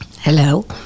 Hello